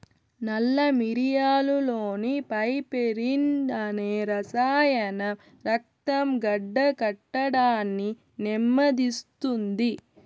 నల్ల మిరియాలులోని పైపెరిన్ అనే రసాయనం రక్తం గడ్డకట్టడాన్ని నెమ్మదిస్తుంది